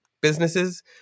businesses